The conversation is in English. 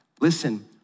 Listen